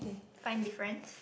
find difference